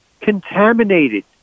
Contaminated